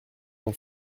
mon